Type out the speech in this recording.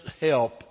help